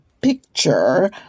picture